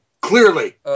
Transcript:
Clearly